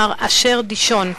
מר אשר דישון.